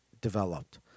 developed